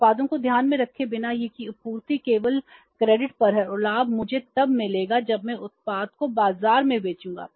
उत्पादों को ध्यान में रखे बिना कि यह आपूर्ति केवल क्रेडिट पर है और लाभ मुझे तब मिलेगा जब मैं उत्पाद को बाजार में बेचूंगा